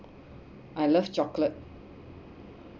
I love chocolate